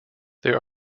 there